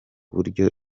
buryo